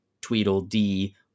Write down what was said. Tweedledee